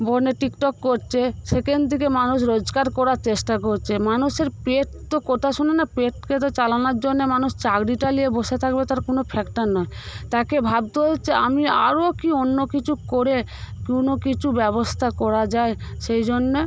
ফোনে টিকটক করছে সেখান থেকে মানুষ রোজগার করার চেষ্টা করছে মানুষের পেট তো কথা শোনে না পেটকে তো চালানোর জন্যে মানুষ চাকরিটা লিয়ে বসে থাকবে তার কোনো ফ্যাক্টর নয় তাকে ভাবতে হচ্ছে আমি আরও কি অন্য কিছু করে কোনো কিছু ব্যবস্থা করা যায় সেই জন্যে